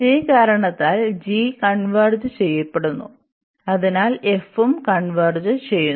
ഈ കാരണത്താൽ g converge ചെയ്യുന്നു അതിനാൽ f ഉം കൺവെർജ് ചെയ്യുന്നു